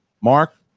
Mark